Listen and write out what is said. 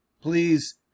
please